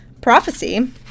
prophecy